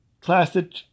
classic